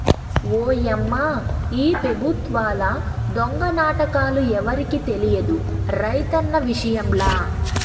ఓయమ్మా ఈ పెబుత్వాల దొంగ నాటకాలు ఎవరికి తెలియదు రైతన్న విషయంల